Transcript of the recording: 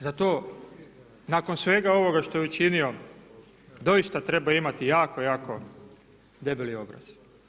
Za to nakon svega ovoga što je učinio doista treba imati jako, jako debeli obraz.